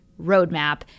roadmap